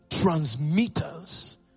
transmitters